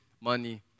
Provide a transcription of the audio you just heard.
money